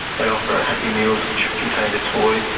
they offer happy meals, which contain a toy,